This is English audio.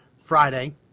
Friday